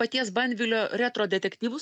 paties bandvilio retro detektyvus